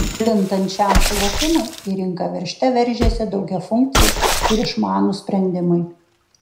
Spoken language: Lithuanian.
plintant šiam suvokimui į rinką veržte veržiasi daugiafunkciai ir išmanūs sprendimai